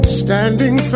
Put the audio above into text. standing